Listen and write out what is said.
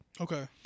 Okay